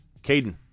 Caden